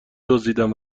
دزدیدم